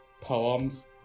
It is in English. poems